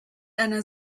einer